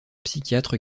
psychiatre